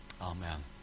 Amen